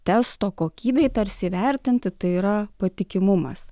testo kokybei tarsi įvertinti tai yra patikimumas